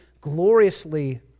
gloriously